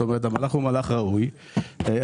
זאת אומרת המהלך ראוי אני.